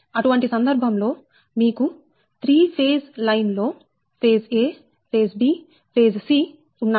అటువంటి సందర్భం లో 3 ఫేజ్ లైన్ లో ఫేజ్a ఫేజ్b ఫేజ్ c ఉన్నాయి